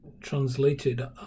translated